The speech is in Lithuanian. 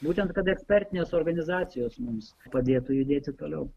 būtent kad ekspertinės organizacijos mums padėtų judėti toliau